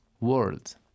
world